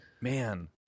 Man